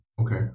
Okay